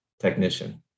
technician